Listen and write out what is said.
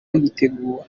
baritegura